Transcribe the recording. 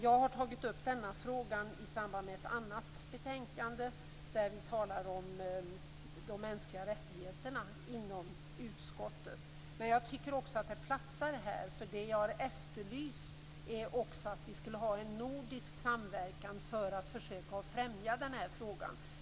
Jag har tagit upp denna fråga i samband med ett annat betänkande, där utskottet behandlade de mänskliga rättigheterna. Jag tycker att frågan platsar också här, eftersom jag har efterlyst en nordisk samverkan för att försöka främja den här frågan.